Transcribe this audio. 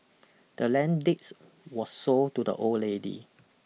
the land deed was sold to the old lady